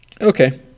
okay